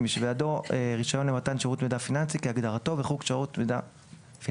- מי שבידו רישיון למתן שירות מידע פיננסי כהגדרתו בחוק שירות מידע פיננסי;